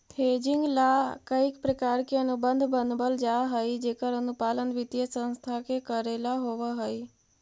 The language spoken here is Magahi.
हेजिंग ला कईक प्रकार के अनुबंध बनवल जा हई जेकर अनुपालन वित्तीय संस्था के कऽरेला होवऽ हई